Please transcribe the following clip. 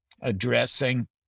addressing